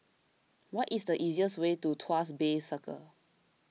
what is the easiest way to Tuas Bay Circle